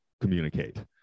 communicate